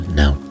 now